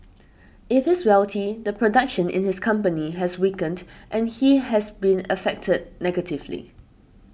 if he's wealthy the production in his company has weakened and he has been affected negatively